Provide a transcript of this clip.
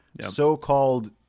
so-called